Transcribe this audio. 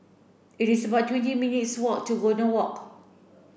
it is about twenty minutes' walk to Golden Walk